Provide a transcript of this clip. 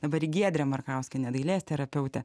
dabar giedre markauskiene dailės terapeute